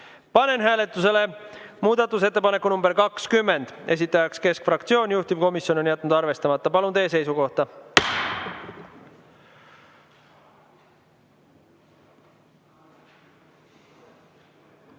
Panen hääletusele muudatusettepaneku nr 20, esitaja on keskfraktsioon, juhtivkomisjon on jätnud arvestamata. Palun teie seisukohta!